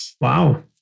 wow